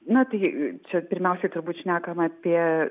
na tai čia pirmiausia turbūt šnekam apie